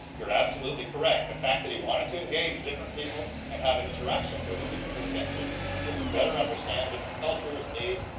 you're absolutely correct. the fact that he wanted to engage different people and have an interaction with them because of his interest to better understand different cultures, needs,